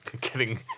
Kidding